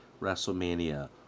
WrestleMania